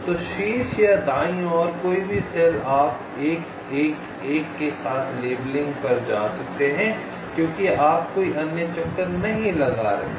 तो शीर्ष या दाईं ओर कोई भी सेल आप 1 1 1 के साथ लेबलिंग पर जा सकते हैं क्योंकि आप कोई अन्य चक्कर नहीं लगा रहे हैं